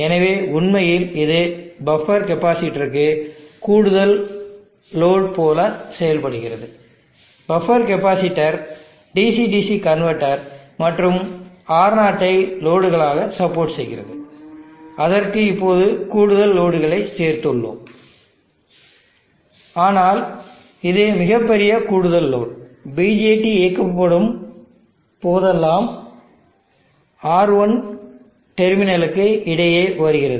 எனவே உண்மையில் இது பஃப்பர் கெப்பாசிட்டெருக்கு கூடுதல் லோடு போல செயல்படுகிறது buffer capacitor DC DC converter மற்றும் R0 ஐ லோடுகளாக சப்போர்ட் செய்கிறது அதற்கு இப்போது கூடுதல் லோடுகளை சேர்த்துள்ளோம ஆனால் இது மிகச் சிறிய கூடுதல் லோடு BJT இயக்கப்படும் போதெல்லாம் R1 டெர்மினலுக்கு இடையே வருகிறது